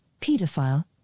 pedophile